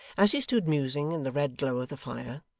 as he stood musing in the red glow of the fire,